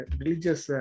religious